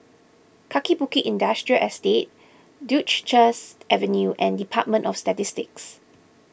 Kaki Bukit Industrial Estate Duchess Avenue and Department of Statistics